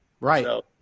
Right